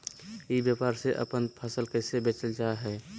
ई व्यापार से अपन फसल कैसे बेचल जा हाय?